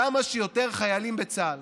כמה שיותר חיילים בצה"ל.